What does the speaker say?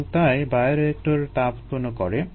এবং তাই বায়োরিয়েক্টর তাপ উৎপন্ন করতে পারে